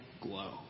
glow